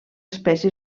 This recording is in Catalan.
espècie